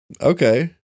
Okay